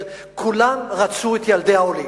כולם רצו את ילדי העולים.